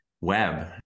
web